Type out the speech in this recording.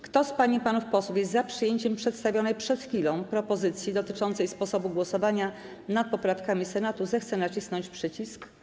Kto z pań i panów posłów jest za przyjęciem przedstawionej przed chwilą propozycji dotyczącej sposobu głosowania nad poprawkami Senatu, zechce nacisnąć przycisk.